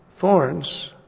thorns